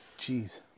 Jeez